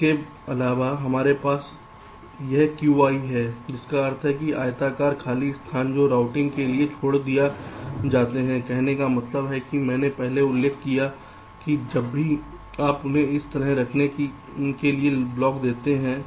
इसके अलावा हमारे पास यह Qi है जिसका अर्थ है आयताकार खाली स्थान जो राउटिंग के लिए छोड़ दिए जाते हैं कहने का मतलब है कि मैंने पहले उल्लेख किया है कि जब भी आप उन्हें इस तरह रखने के लिए ब्लॉक देते हैं